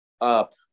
up